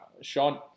Sean